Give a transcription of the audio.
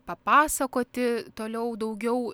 papasakoti toliau daugiau